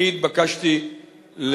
אני התבקשתי,